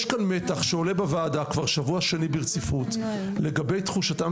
יש כאן מתח שעולה בוועדה כבר שבוע שני ברציפות לגבי תחושתם